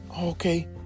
okay